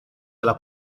alla